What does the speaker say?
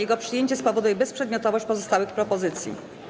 Jego przyjęcie spowoduje bezprzedmiotowość pozostałych propozycji.